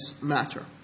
matter